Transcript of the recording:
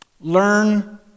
learn